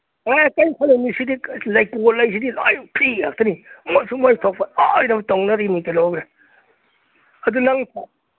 ꯑꯥꯏ ꯀꯩꯝ ꯈꯜꯂꯨꯅꯨ ꯁꯤꯗꯤ ꯂꯩꯀꯣꯜ ꯍꯥꯏꯁꯤꯗꯤ ꯂꯣꯏ ꯐ꯭ꯔꯤ ꯉꯥꯛꯇꯅꯤ ꯃꯣꯏꯁꯨ ꯃꯣꯏ ꯊꯣꯛꯄ ꯂꯣꯏꯅꯃꯛ ꯇꯧꯅꯔꯤꯃꯤ ꯀꯩꯗꯧꯒꯦ ꯑꯗꯨ ꯅꯪ